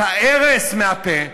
את הארס מהפה,